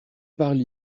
parle